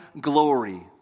Glory